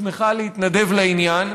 ששמחה להתנדב לעניין,